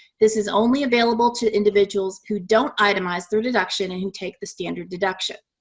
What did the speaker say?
this is only available to individuals who don't itemize their deduction and who take the standard deduction.